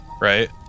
right